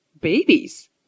babies